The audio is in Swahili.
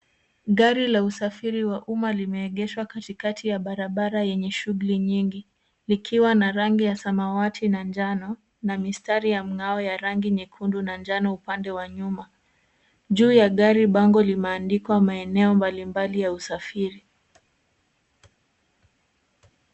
Gari la usafiri wa umma limeegeshwa katikati ya barabara yenye shughuli nyingi likiwa na rangi ya samawati na njano na mistari ya mng'ao ya rangi nyekundu na njano upande wa nyuma. Juu ya gari bango limeandikwa maeneo mbalimbali ya usafiri.